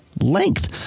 length